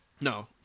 No